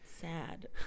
sad